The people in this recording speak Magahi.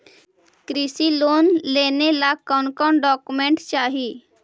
कृषि लोन लेने ला कोन कोन डोकोमेंट चाही?